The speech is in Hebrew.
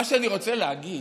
מה שאני רוצה להגיד